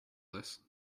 this